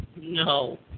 No